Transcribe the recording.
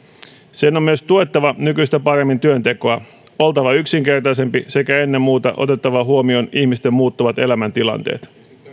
sen on myös tuettava nykyistä paremmin työntekoa oltava yksinkertaisempi sekä ennen muuta otettava huomioon ihmisten muuttuvat elämäntilanteet